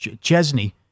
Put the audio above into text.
Chesney